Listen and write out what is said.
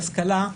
השכלה,